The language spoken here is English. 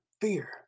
Fear